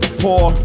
poor